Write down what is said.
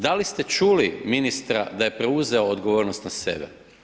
Da li ste čuli ministra da je preuzeo odgovornost na sebe?